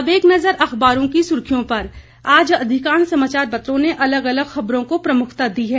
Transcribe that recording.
अब एक नजर अखबारों की सुर्खियों पर आज अधिकांश समाचार पत्रों ने अलग अलग खबरों को प्रमुखता दी है